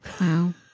Wow